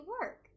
work